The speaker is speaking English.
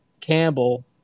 campbell